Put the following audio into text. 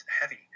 heavy